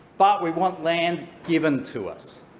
but we want land given to us.